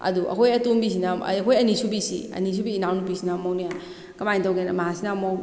ꯑꯗꯣ ꯑꯩꯈꯣꯏ ꯑꯇꯣꯝꯕꯤꯁꯤꯅ ꯑꯃꯨꯛ ꯑꯩꯈꯣꯏ ꯑꯅꯤꯁꯨꯕꯨꯁꯤ ꯑꯅꯤꯁꯨꯕꯤ ꯏꯅꯥꯎꯄꯤꯁꯤꯅ ꯑꯃꯨꯛꯅꯦ ꯀꯃꯥꯏꯅ ꯇꯧꯒꯦꯗ ꯃꯥꯁꯤꯅ ꯑꯃꯨꯛ